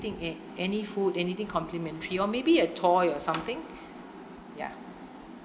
~thing a~ any food anything complementary or maybe a toy or something ya